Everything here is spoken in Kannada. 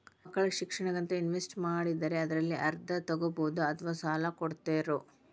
ಮಕ್ಕಳ ಶಿಕ್ಷಣಕ್ಕಂತ ಇನ್ವೆಸ್ಟ್ ಮಾಡಿದ್ದಿರಿ ಅದರಲ್ಲಿ ಅರ್ಧ ತೊಗೋಬಹುದೊ ಅಥವಾ ಸಾಲ ಕೊಡ್ತೇರೊ?